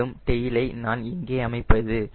மேலும் டெயிலை நான் எங்கே அமைப்பது